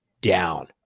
down